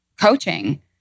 coaching